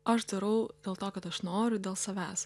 aš darau dėl to kad aš noriu dėl savęs